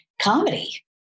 comedy